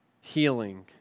healing